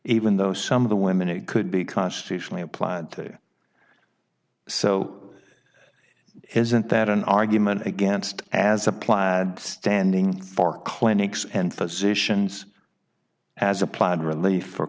even though some of the women it could be constitutionally applied to so isn't that an argument against as a plaid standing for clinics and physicians as a plan really for